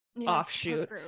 offshoot